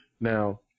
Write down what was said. Now